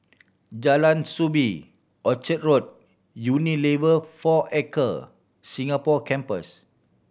Jalan Soo Bee Orchard Road Unilever Four Acre Singapore Campus